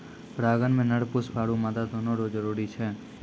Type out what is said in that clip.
परागण मे नर पुष्प आरु मादा दोनो रो जरुरी छै